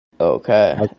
Okay